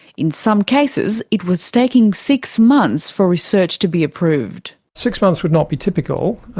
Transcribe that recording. in some cases it was taking six months for research to be approved. six months would not be typical,